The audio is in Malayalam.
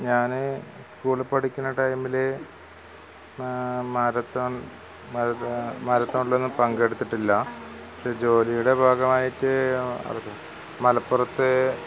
ഞാന് സ്കൂളിൽ പഠിക്കുന്ന ടൈമില് മാരത്തോൺ മാരത്തോ മാരത്തോണിലൊന്നും പങ്കെടുത്തിട്ടില്ല പക്ഷെ ജോലിയുടെ ഭാഗമായിട്ട് മലപ്പുറത്ത്